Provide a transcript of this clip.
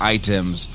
items